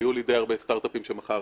היו לי די הרבה סטרטאפים שמכרתי.